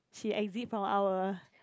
she exit from our